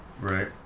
right